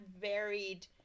varied